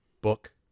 book